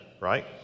right